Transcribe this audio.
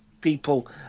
People